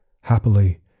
happily